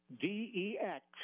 D-E-X